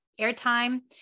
airtime